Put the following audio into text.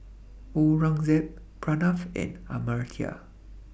Aurangzeb Pranav and Amartya